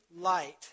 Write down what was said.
light